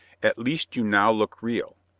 at least you now look real.